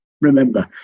remember